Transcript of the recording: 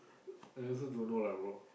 I also don't know lah bro